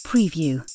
Preview